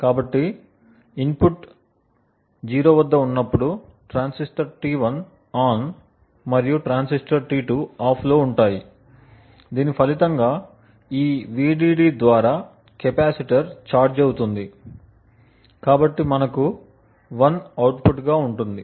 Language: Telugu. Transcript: కాబట్టి ఇన్పుట్ 0 వద్ద ఉన్నప్పుడు ట్రాన్సిస్టర్ T1 ఆన్ మరియు ట్రాన్సిస్టర్ T2 ఆఫ్లో ఉంటాయి దీని ఫలితంగా ఈ Vdd ద్వారా కెపాసిటర్ ఛార్జ్ అవుతుంది కాబట్టి మనకు 1 అవుట్పుట్ గా ఉంటుంది